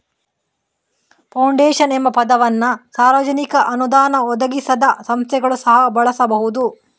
foundation ಎಂಬ ಪದವನ್ನು ಸಾರ್ವಜನಿಕ ಅನುದಾನ ಒದಗಿಸದ ಸಂಸ್ಥೆಗಳು ಸಹ ಬಳಸಬಹುದು